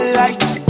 lights